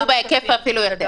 הם עבדו בהיקף, ואפילו יותר.